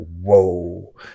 whoa